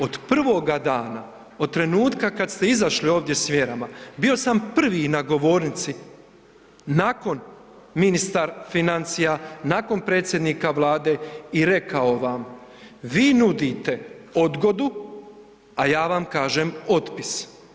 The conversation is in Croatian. Od prvoga dana, od trenutka kad se izašli ovdje s mjerama, bio sam prvi na govornici nakon ministar financija, nakon predsjednika Vlade i rekao vam, vi nudite odgodu, a ja vam kažem otpis.